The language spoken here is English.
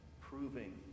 proving